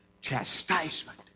Chastisement